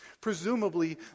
Presumably